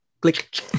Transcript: click